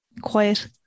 quiet